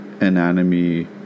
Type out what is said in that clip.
anatomy